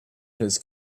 his